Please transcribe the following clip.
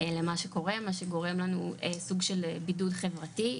למה שקורה מה שגורם לנו סוג של בידוד חברתי,